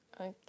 Okay